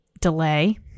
delay